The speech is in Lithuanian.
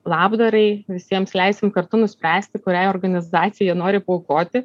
labdarai visiems leisim kartu nuspręsti kuriai organizacijai jie nori paaukoti